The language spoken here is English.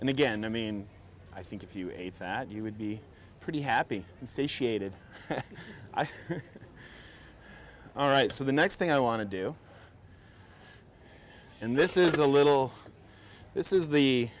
and again i mean i think if you ate that you would be pretty happy satiated i think all right so the next thing i want to do and this is a little this is the